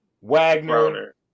Wagner